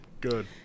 Good